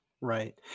Right